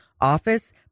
office